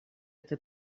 этой